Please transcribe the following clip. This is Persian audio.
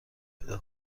پیدا